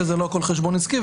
ולא הכול זה חשבון עסקי,